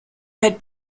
had